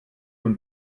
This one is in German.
von